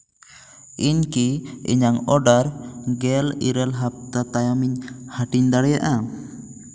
ᱤᱧ ᱠᱤ ᱤᱧᱟᱹᱜ ᱚᱰᱟᱨ ᱜᱮᱞ ᱤᱨᱟᱹᱞ ᱦᱟᱯᱛᱟ ᱛᱟᱭᱚᱢ ᱤᱧ ᱦᱟᱹᱴᱤᱧ ᱫᱟᱲᱮᱭᱟᱜᱼᱟ